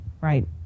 right